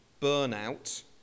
burnout